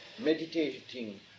meditating